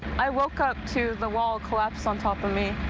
i woke up to the wall collapsed on top of me.